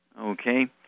Okay